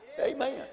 Amen